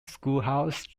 schoolhouse